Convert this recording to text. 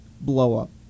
blow-up